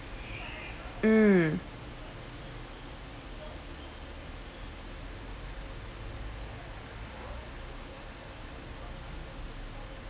mm